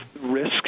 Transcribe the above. risk